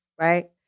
right